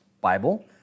Bible